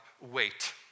wait